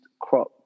crop